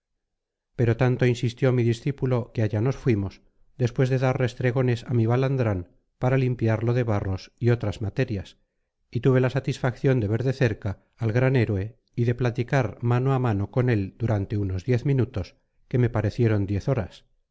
pero tanto insistió mi discípulo que allá nos fuimos después de dar restregones a mi balandrán para limpiarlo de barros y otras materias y tuve la satisfacción de ver de cerca al gran héroe y de platicar mano a mano con él durante unos diez minutos que me parecieron diez horas